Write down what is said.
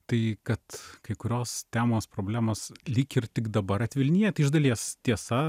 tai kad kai kurios temos problemos lyg ir tik dabar atvilija tai iš dalies tiesa